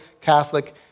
Catholic